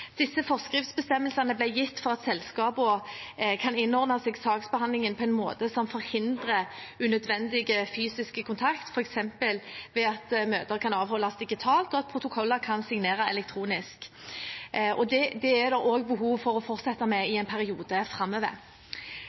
Disse forskriftsbestemmelsene ble gitt for at selskaper kan innordne seg saksbehandlingen på en måte som forhindrer unødvendig fysisk kontakt, f.eks. ved at møter kan avholdes digitalt, og at protokoller kan signeres elektronisk. Det er det også behov for å fortsette med i en periode framover.